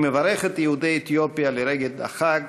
אני מברך את יהודי אתיופיה לרגל החג